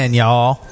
y'all